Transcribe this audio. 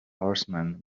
horsemen